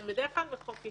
אתם בדרך כלל מחוקקים